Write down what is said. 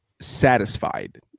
satisfied